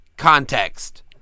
context